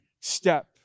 step